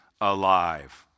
alive